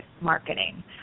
marketing